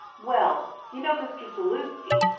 well, you know mr. zaluski,